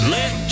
Let